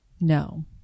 No